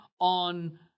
on